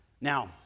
Now